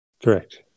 Correct